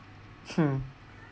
hmm